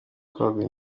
kwagura